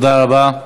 תודה רבה.